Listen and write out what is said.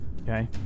Okay